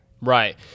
Right